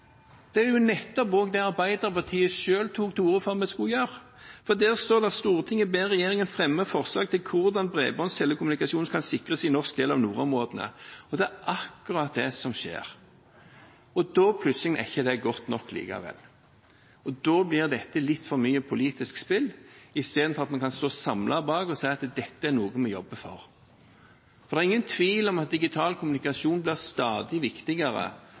Det er jo nettopp også det Arbeiderpartiet selv tok til orde for at vi skulle gjør, for de skriver i forslaget: «Stortinget ber regjeringen fremme forslag til hvordan bredbåndstelekommunikasjon konkret kan sikres i norsk del av nordområdene Det er jo akkurat det som skjer, og da er det plutselig ikke godt nok likevel. Og da blir dette litt for mye politisk spill, i stedet for at vi kan stå samlet og si at dette er noe vi jobber for. Det er ingen tvil om at digital kommunikasjon blir stadig viktigere